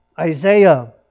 Isaiah